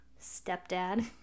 stepdad